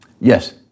Yes